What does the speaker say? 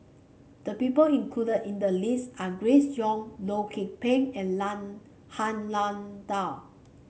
the people included in the list are Grace Young Loh Lik Peng and Han Lao Da